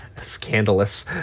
Scandalous